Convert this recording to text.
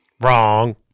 Wrong